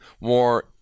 more